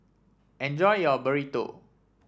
enjoy your Burrito